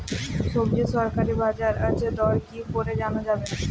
সবজির সরকারি বাজার দর কি করে জানা যাবে?